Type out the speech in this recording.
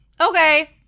Okay